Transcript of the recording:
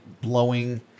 blowing